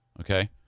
Okay